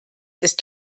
ist